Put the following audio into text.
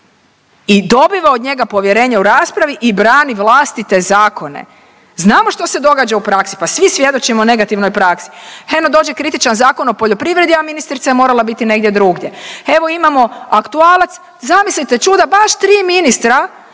i dobiva od njega povjerenje u raspravi i brani vlastite zakone. Znamo što se događa u praksi, pa svi svjedočimo negativnoj praksi. Eno dođe kritičan zakon o poljoprivredi, a ministrica je morala biti negdje drugdje. Evo imamo aktualac, zamislite čuda baš tri ministra